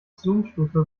zoomstufe